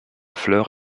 fleurs